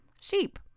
Sheep